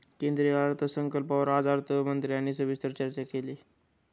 केंद्रीय अर्थसंकल्पावर आज अर्थमंत्र्यांनी सविस्तर चर्चा केली